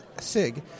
SIG